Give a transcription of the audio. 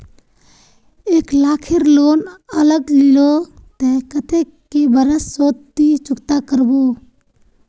एक लाख केर लोन अगर लिलो ते कतेक कै बरश सोत ती चुकता करबो?